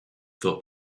thought